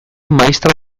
maistra